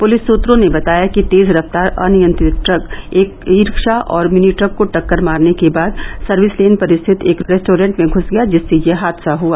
police सूत्रों ने बताया कि तेज रफ्तार अनियंत्रित ट्रक ई रिक्षा और मिनी ट्रक को टक्कर मारने के बाद सर्विस लेन पर स्थित एक रेस्टोरेंट में धुस गया जिससे यह हादसा हुआ